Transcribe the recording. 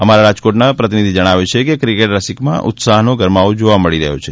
અમારા રાજકોટ જિલ્લાના પ્રતિનિધિ જણાવે છે કે ક્રિકેટ રસિકોમાં ઉત્સાહનો ગરમાવો જોવા મળી રહ્યો છે